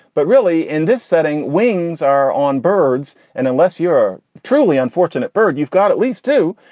but really in this setting. wings are on birds. and unless you're truly unfortunate bird, you've got at least two.